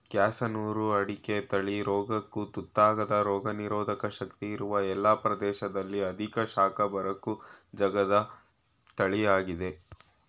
ಕ್ಯಾಸನೂರು ಅಡಿಕೆ ತಳಿ ರೋಗಕ್ಕು ತುತ್ತಾಗದ ರೋಗನಿರೋಧಕ ಶಕ್ತಿ ಇರುವ ಎಲ್ಲ ಪ್ರದೇಶದಲ್ಲಿ ಅಧಿಕ ಶಾಖ ಬರಕ್ಕೂ ಜಗ್ಗದ ತಳಿಯಾಗಯ್ತೆ